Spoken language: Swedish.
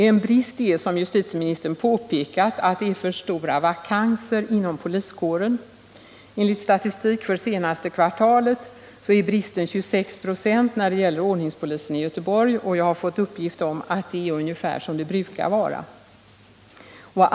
En brist är, som justitieministern påpekat, att det är för stora vakanser inom poliskåren. Enligt statistik för senaste kvartalet är bristen 26 96 när det gäller ordningspolisen i Göteborg, och jag har fått uppgift om att det är ungefär som det brukar vara.